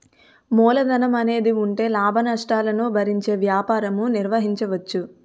మూలధనం అనేది ఉంటే లాభనష్టాలను భరించే వ్యాపారం నిర్వహించవచ్చు